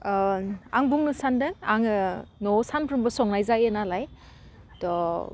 आं बुंनो सानदों आङो न'वाव सानफ्रामबो संनाय जायो नालाय थ'